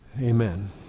amen